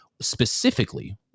specifically